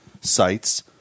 Sites